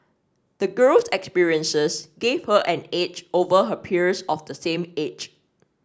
the girl's experiences gave her an edge over her peers of the same age